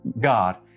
God